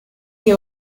que